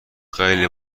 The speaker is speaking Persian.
خیلی